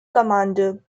commander